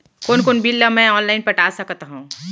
कोन कोन बिल ला मैं ऑनलाइन पटा सकत हव?